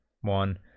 one